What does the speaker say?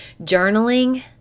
journaling